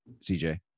CJ